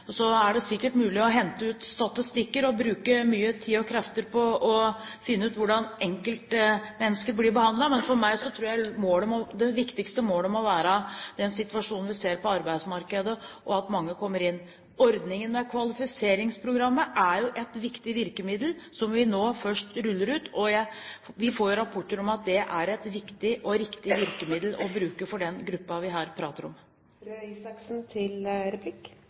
Det er sikkert mulig å hente ut statistikker og bruke mye tid og krefter på å finne ut hvordan enkeltmennesker blir behandlet. Jeg tror det viktigste målet må være den situasjonen vi ser på arbeidsmarkedet, og at mange kommer inn. Ordningen med kvalifiseringsprogrammet er et viktig virkemiddel, som vi nå først ruller ut. Vi får rapporter om at det er et viktig og riktig virkemiddel å bruke for den gruppen vi her prater